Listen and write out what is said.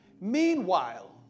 Meanwhile